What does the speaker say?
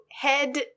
head